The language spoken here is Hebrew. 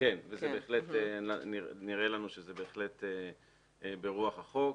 כן, וזה בהחלט נראה לי ברוח החוק.